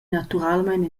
naturalmein